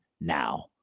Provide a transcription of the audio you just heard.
now